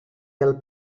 del